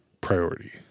priority